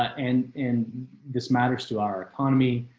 and in this matters to our economy